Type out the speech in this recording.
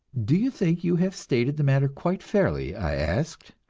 do you think you have stated the matter quite fairly? i asked.